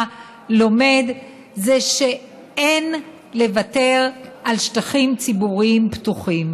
לומד זה שאין לוותר על שטחים ציבוריים פתוחים,